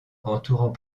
entourant